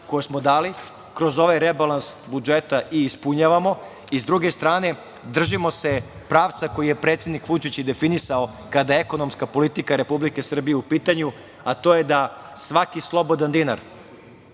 koje smo dali kroz ovaj rebalans budžeta i ispunjavamo. Sa druge strane, držimo se pravca koji je predsednik Vučić definisao, kada je ekonomska politika Republike Srbije u pitanju, a to je da svaki slobodan dinar,